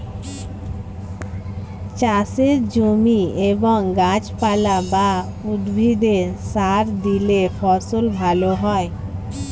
চাষের জমি এবং গাছপালা বা উদ্ভিদে সার দিলে ফসল ভালো হয়